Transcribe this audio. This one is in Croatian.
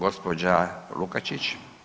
Gospođa Lukačić.